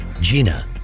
Gina